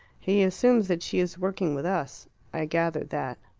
he assumes that she is working with us i gathered that.